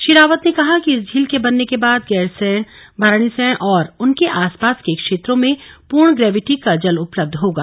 श्री रावत ने कहा कि इस झील के बनने के बाद गैरसैंण भराड़ीसैंण और उनके आस पास के क्षेत्रों में पूर्ण ग्रेविटी का जल उपलब्ध होगा